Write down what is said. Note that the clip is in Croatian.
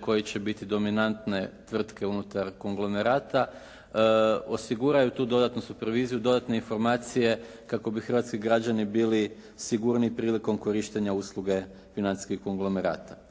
koji će biti dominantne tvrtke unutar konglomerata, osiguraju tu dodatnu superviziju, dodatne informacije kako bi hrvatski građani bili sigurniji prilikom korištenja usluge financijskih konglomerata.